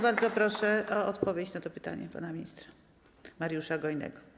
Bardzo proszę o odpowiedź na to pytanie pana ministra Mariusza Gojnego.